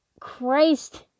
Christ